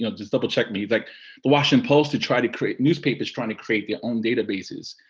you know just double check me like the washington post to try to create newspapers trying to create their own databases